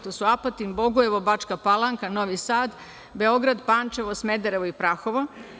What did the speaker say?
To su Apatin, Bogojevo, Bačka Palanka, Novi Sad, Beograd, Pančevo, Smederevo i Prahovo.